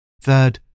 Third